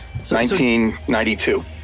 1992